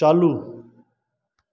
चालू